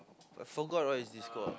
I forgot what is this called